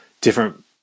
different